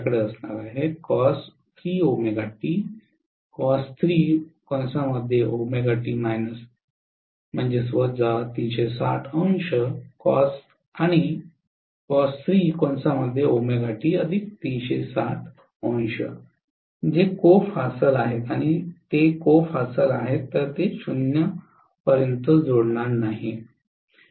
आपल्याकडे असणार आहेतजे को फासल आहेत आणि जर ते को फासल आहेत तर ते 0 पर्यंत जोडणार नाहीत